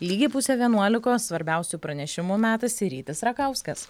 lygiai pusė vienuolikos svarbiausių pranešimų metas ir rytis rakauskas